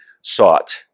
sought